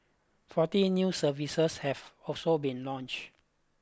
forty new services have also been launched